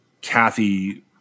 Kathy